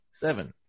seven